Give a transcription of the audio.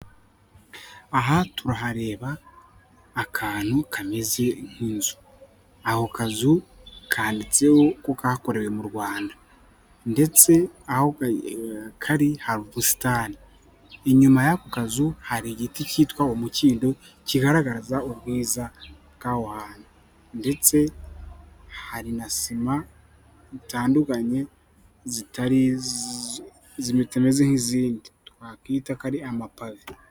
Aha turahareba akantu kameze nk'inzu, ako kazu kanditseho ko kakorewe mu Rwanda ndetse aho kari hari ubusitani, inyuma y'ako kazu hari igiti kitwa umukindo kigaragaza ubwiza bw'aho hantu ndetse hari na sima zitandukanye zitameze nk'izindi twakwita ko ari amapave.